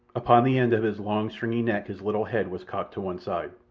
upon the end of his long, stringy neck his little head was cocked to one side,